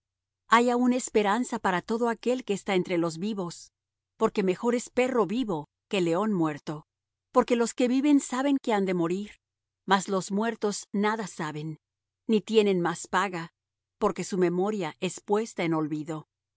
aún hay esperanza para todo aquél que está entre los vivos porque mejor es perro vivo que león muerto porque los que viven saben que han de morir mas los muertos nada saben ni tienen más paga porque su memoria es puesta en olvido